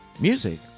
Music